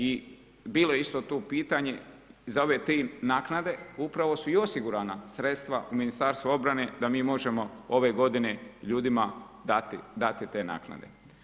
I bilo je tu isto pitanje za ove tri naknade upravo su i osigurana sredstva u Ministarstvu obrane da mi možemo ove godine ljudima dati te naknade.